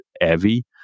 heavy